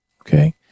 Okay